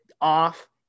off